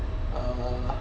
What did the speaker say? err